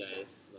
guys